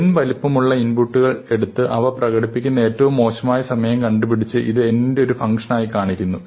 n വലിപ്പമുള്ള ഇൻപുട്ടുകൾ എടുത്ത് അവ പ്രകടിപ്പിക്കുന്ന ഏറ്റവും മോശമായ സമയം കണ്ടുപിടിച്ചു ഇത് n ന്റെ ഒരു ഫങ്ക്ഷനായി കാണിക്കുന്നു